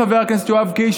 חבר הכנסת יואב קיש,